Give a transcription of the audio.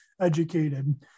educated